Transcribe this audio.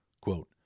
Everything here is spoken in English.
Quote